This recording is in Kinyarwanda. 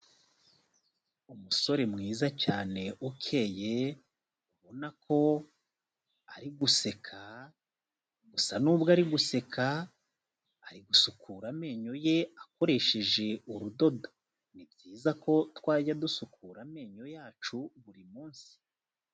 Umusore mwiza cyane ukeye, ubona ko ari guseka, gusa nubwo ari guseka, ari gusukura amenyo ye akoresheje urudodo, ni byiza ko twajya dusukura amenyo yacu buri munsi.